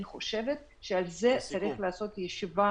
אני חושבת שעל זה צריך לעשות ישיבה